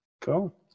Cool